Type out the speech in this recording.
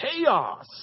chaos